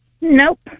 Nope